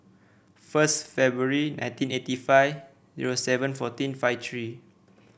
first February nineteen eighty five zero seven fourteen five three